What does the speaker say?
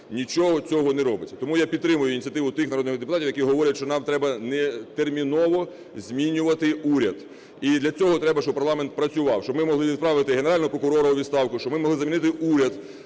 Нічого цього не робиться. Тому я підтримую ініціативу тих народних депутатів, які говорять, що нам треба терміново змінювати уряд. І для цього треба, щоб парламент працював, щоб ми могли відправити Генерального прокурора у відставку, щоб ми могли змінити уряд.